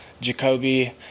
Jacoby